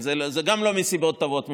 גם זה לא מסיבות טובות,